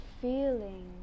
feeling